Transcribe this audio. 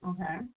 Okay